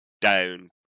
down